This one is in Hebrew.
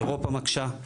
אירופה מקשה.